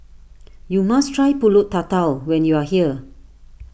you must try Pulut Tatal when you are here